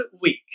week